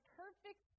perfect